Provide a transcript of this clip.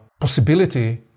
possibility